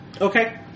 okay